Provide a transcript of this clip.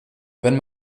wenn